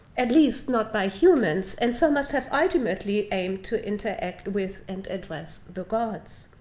at least not by humans, and so must have ultimately aimed to interact with and address the gods.